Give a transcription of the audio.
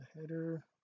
header